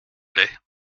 plait